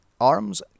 arms